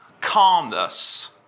Calmness